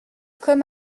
comme